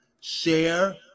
Share